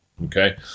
Okay